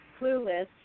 clueless